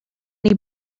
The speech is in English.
many